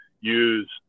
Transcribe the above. use